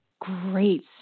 great